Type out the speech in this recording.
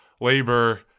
labor